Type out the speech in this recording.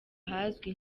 hazwi